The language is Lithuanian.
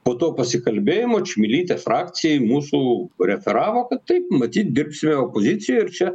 po to pasikalbėjimo čmilytė frakcijai mūsų referavo kad taip matyt dirbsime opozicijoj ir čia